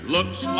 Looks